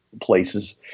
places